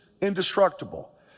indestructible